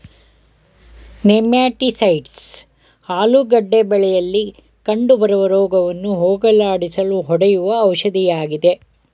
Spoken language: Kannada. ನೆಮ್ಯಾಟಿಸೈಡ್ಸ್ ಆಲೂಗೆಡ್ಡೆ ಬೆಳೆಯಲಿ ಕಂಡುಬರುವ ರೋಗವನ್ನು ಹೋಗಲಾಡಿಸಲು ಹೊಡೆಯುವ ಔಷಧಿಯಾಗಿದೆ